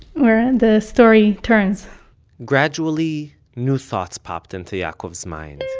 where the story turns gradually new thoughts popped into yaakov's mind.